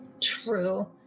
True